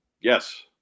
Yes